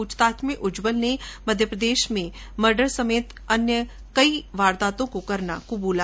पूछताछ में उज्जवल ने मध्यप्रदेश में डबल मर्डर समेत चार अन्य वारदातों को करना कबूला